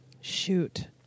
Shoot